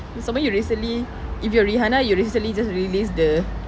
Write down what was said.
some more you recently if you're rihanna you recently released the